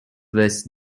was